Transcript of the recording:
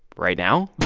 right now?